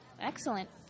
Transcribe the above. Excellent